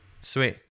Sweet